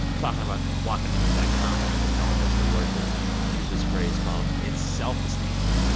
talking about walking in with that confidence and knowing that you're worth it. you use this phrase called, it's self-esteem,